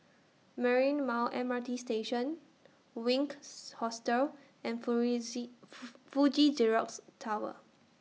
Marymount M R T Station Wink Hostel and Fuji Xerox Tower